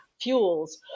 fuels